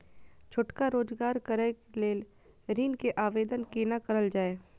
छोटका रोजगार करैक लेल ऋण के आवेदन केना करल जाय?